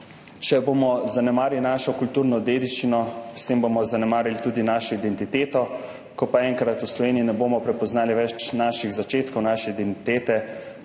če bomo zanemarili našo kulturno dediščino, bomo s tem zanemarili tudi našo identiteto. Ko pa enkrat v Sloveniji ne bomo več prepoznali naših začetkov, naše identitete,